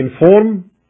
inform